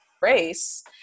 race